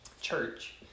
church